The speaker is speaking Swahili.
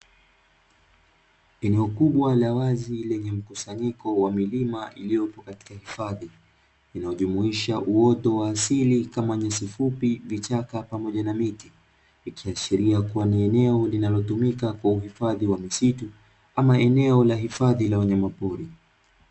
Eneo kubwa la wazi lenye mkusanyiko wa milima iliyopo katika hifadhi, inayojumuisha uoto wa asili kama nyasi fupi, vichaka pamoja na miti, ikiashiria kuwa ni eneo linalotumika kwa uhifadhi wa misitu ama eneo la hifadhi la wanyamapori.